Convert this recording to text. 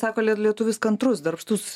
sako lietuvis kantrus darbštus